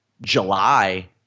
July